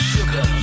Sugar